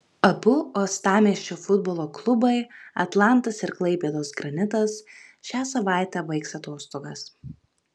abu uostamiesčio futbolo klubai atlantas ir klaipėdos granitas šią savaitę baigs atostogas